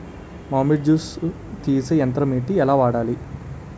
మామిడి జూస్ తీసే యంత్రం ఏంటి? ఎలా వాడాలి?